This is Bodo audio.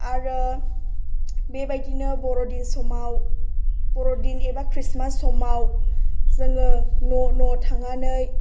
आरो बेबायदिनो बर'दिन समाव बर'दिन एबा क्रिस्तमास समाव जोङो न' न' थांनानै